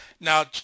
Now